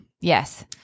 yes